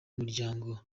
muryango